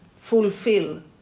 fulfill